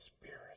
Spirit